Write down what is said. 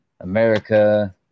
America